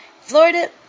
Florida